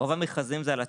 רוב המכרזים זה על התקועות,